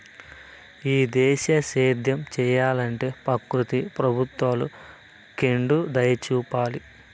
ఈ దేశీయ సేద్యం సెయ్యలంటే ప్రకృతి ప్రభుత్వాలు కెండుదయచూపాల